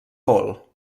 paul